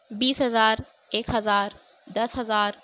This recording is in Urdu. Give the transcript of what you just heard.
بیس ہزار ایک ہزار دس ہزار